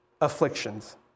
afflictions